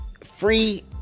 free